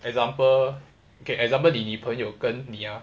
example okay example 你女朋友跟你 ah